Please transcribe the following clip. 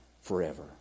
forever